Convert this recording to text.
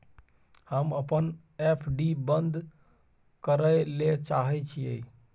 हम अपन एफ.डी बंद करय ले चाहय छियै